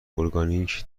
اورگانیک